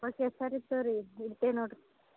okay ಸರಿ ಸರಿ ಇಡ್ತೀವಿ ನೋಡಿರಿ